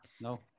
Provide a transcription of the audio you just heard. no